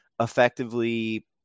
effectively